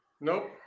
Nope